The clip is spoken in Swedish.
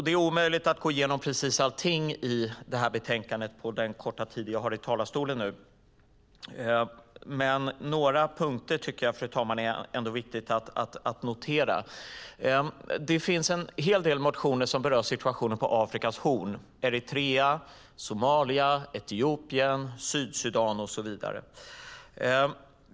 Det är omöjligt att gå igenom precis allting i detta betänkande på den korta tid jag har i talarstolen nu, men några punkter tycker jag ändå är viktiga att notera, fru talman. Det finns en hel del motioner som berör situationen på Afrikas horn - Eritrea, Somalia, Etiopien, Sydsudan och så vidare.